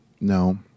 No